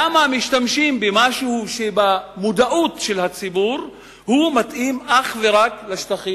למה משתמשים במשהו שבמודעות של הציבור מתאים אך ורק לשטחים הכבושים.